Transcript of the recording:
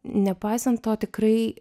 nepaisant to tikrai